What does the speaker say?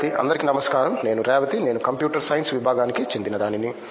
రేవతి అందరికీ నమస్కారం నేను రేవతి నేను కంప్యూటర్ సైన్స్ విభాగానికి చెందినదానిని